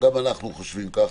גם אנחנו חושבים כך.